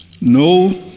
No